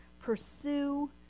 pursue